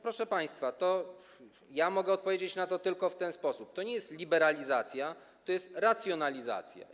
Proszę państwa, ja mogę na to odpowiedzieć tylko w ten sposób: to nie jest liberalizacja, to jest racjonalizacja.